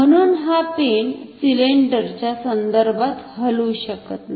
म्हणुन हा pen cylinder च्या संदर्भात हलू शकणार नाही